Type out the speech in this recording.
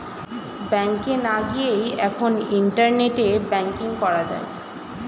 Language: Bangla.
ব্যাংকে না গিয়েই এখন ইন্টারনেটে ব্যাঙ্কিং করা যায়